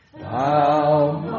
Thou